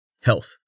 Health